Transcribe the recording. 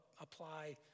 apply